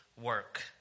work